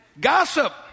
Gossip